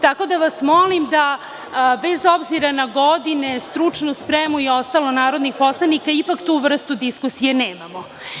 Tako da, molim vas da, bez obzira na godine, stručnu spremu i ostalo, narodnih poslanika, ipak tu vrstu diskusije nemamo.